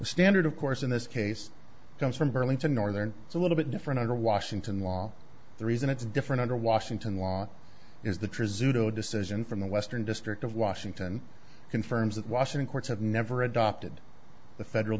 standard of course in this case comes from burlington northern it's a little bit different under washington law the reason it's different under washington law is the transit zero decision from the western district of washington confirms that washington courts have never adopted the federal